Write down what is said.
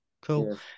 Cool